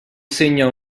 segna